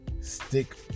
stick